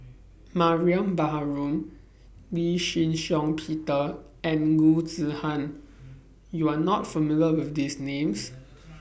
Mariam Baharom Lee Shih Shiong Peter and Loo Zihan YOU Are not familiar with These Names